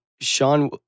Sean